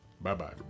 Bye-bye